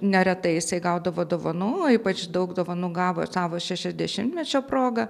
neretai jis gaudavo dovanų ypač daug dovanų gavo savo šešiasdešimtmečio proga